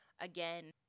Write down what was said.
Again